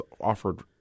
offered